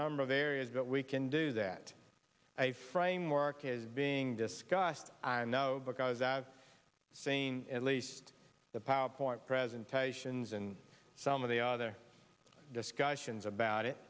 number of areas that we can do that a framework is being discussed i know because i've seen at least the powerpoint presentations and some of the other discussions about it